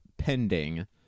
Pending